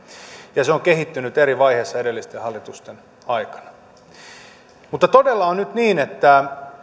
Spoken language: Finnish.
ja se on kehittynyt eri vaiheissa edellisten hallitusten aikana mutta todella on nyt niin että